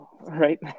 right